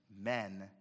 men